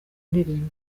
ndirimbo